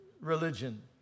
religion